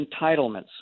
entitlements